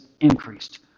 increased